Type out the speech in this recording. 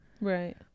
right